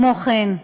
כמו כן,